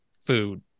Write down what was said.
food